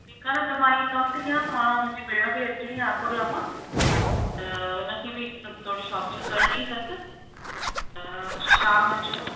तंहिंखां न त मां कमु थी कयां मां मुंहिंजी भेण बि अचणी आहे कुर्ला मां त उनखे बि थोरी शॉपिंग करिणी अथसि त शाम जो